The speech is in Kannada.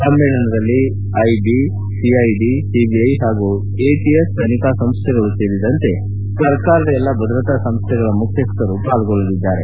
ಈ ಸಮ್ಮೇಳನದಲ್ಲಿ ಐಐ ಸಿಐಡಿ ಸಿಐಐ ಪಾಗೂ ಎಟಿಎಸ್ ತನಿಖಾ ಸಂಸ್ಥೆಗಳು ಸೇರಿದಂತೆ ಸರ್ಕಾರದ ಎಲ್ಲ ಭದ್ರತಾ ಸಂಸ್ಥೆಗಳ ಮುಖ್ಯಸ್ಥರು ಪಾಲ್ಗೊಳ್ಳಲಿದ್ದಾರೆ